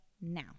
now